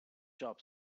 job